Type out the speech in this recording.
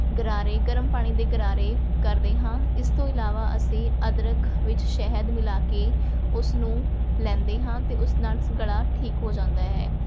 ਗਰਾਰੇ ਗਰਮ ਪਾਣੀ ਦੇ ਗਰਾਰੇ ਕਰਦੇ ਹਾਂ ਇਸ ਤੋਂ ਇਲਾਵਾ ਅਸੀਂ ਅਦਰਕ ਵਿੱਚ ਸ਼ਹਿਦ ਮਿਲਾ ਕੇ ਉਸਨੂੰ ਲੈਂਦੇ ਹਾਂ ਅਤੇ ਉਸ ਨਾਲ ਸ ਗਲਾ ਠੀਕ ਹੋ ਜਾਂਦਾ ਹੈ